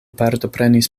partoprenis